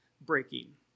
breaking